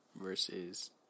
versus